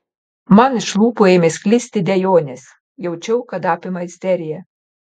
man iš lūpų ėmė sklisti dejonės jaučiau kad apima isterija